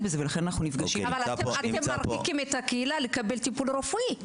בזה ולכן אנחנו נפגשים --- אבל אתם --- לקבל טיפול רפואי,